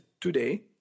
today